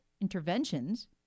interventions